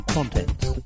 Contents